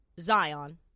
Zion